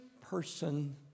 person